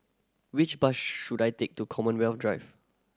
which bus should I take to Commonwealth Drive